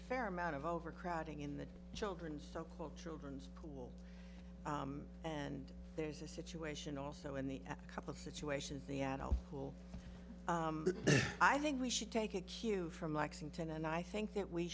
a fair amount of overcrowding in the children's so called children's school and there's a situation also in the couple of situations the adult pool i think we should take a cue from lexington and i think that we